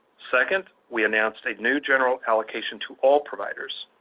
second, we announced a new general allocation to all providers,